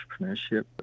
entrepreneurship